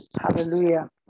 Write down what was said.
Hallelujah